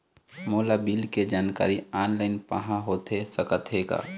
मोला बिल के जानकारी ऑनलाइन पाहां होथे सकत हे का?